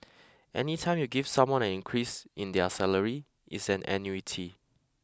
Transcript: any time you give someone an increase in their salary it's an annuity